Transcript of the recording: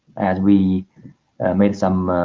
as we made some